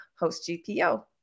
HostGPO